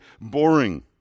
boring